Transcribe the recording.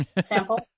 sample